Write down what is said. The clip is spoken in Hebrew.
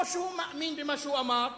או שהוא מאמין במה שהוא אמר,